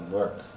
work